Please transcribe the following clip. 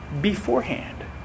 beforehand